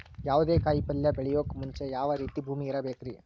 ಯಾವುದೇ ಕಾಯಿ ಪಲ್ಯ ಬೆಳೆಯೋಕ್ ಮುಂಚೆ ಯಾವ ರೀತಿ ಭೂಮಿ ಇರಬೇಕ್ರಿ?